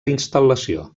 instal·lació